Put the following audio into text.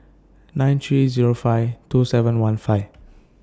nine three Zero five two seven one five